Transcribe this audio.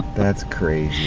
that's craziness.